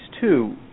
two